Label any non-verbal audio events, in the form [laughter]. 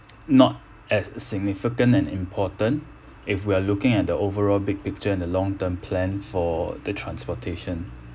[noise] not as significant and important if we are looking at the overall big picture in the long term plan for the transportation